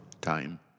time